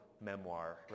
memoir